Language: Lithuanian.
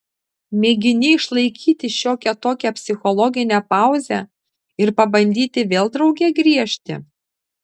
mėgini išlaikyti šiokią tokią psichologinę pauzę ir pabandyti vėl drauge griežti